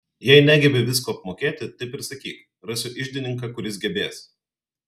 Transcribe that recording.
jei negebi visko apmokėti taip ir sakyk rasiu iždininką kuris gebės